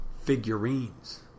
figurines